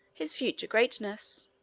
his future greatness.